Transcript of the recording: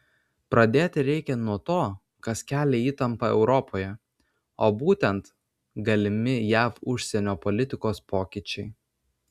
pradėti reikia nuo to kas kelia įtampą europoje o būtent galimi jav užsienio politikos pokyčiai